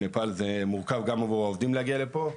נפאל זה מורכב גם עבור העובדים להגיע לפה,